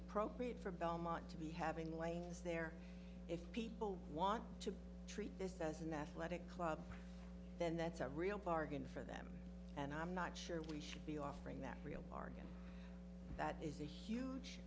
appropriate for belmont to be having wings there if people want to treat this as an athletic club then that's a real bargain for them and i'm not sure we should be offering that real market that is a huge